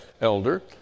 elder